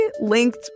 linked